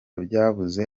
byabuze